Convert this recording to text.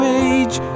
age